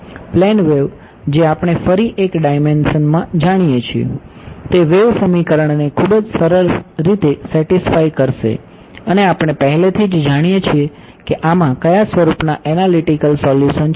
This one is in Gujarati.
પ્લેન વેવ જે આપણે ફરી એક ડાઈમેંશન માં જાણીએ છીએ તે વેવ સમીકરણને ખૂબ જ સરળ રીતે સેટિસફાય કરશે અને આપણે પહેલેથી જ જાણીએ છીએ કે આમાં કયા સ્વરૂપના એનાલિટિકલ સોલ્યુશન છે